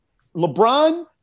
LeBron